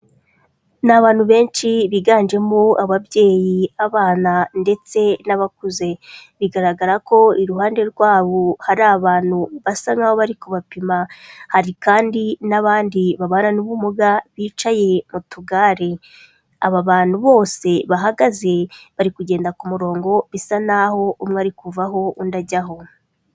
Ni abantu benshi biganjemo ababyeyi, abana ndetse n'abakuze. Bigaragara ko iruhande rwabo hari abantu basa nkaho bari kubapima, hari kandi n'abandi babana n'ubumuga bicaye mu tugare. Aba bantu bose bahagaze bari kugenda ku murongo bisa naho umwe ari kuva aho undi ajyaho.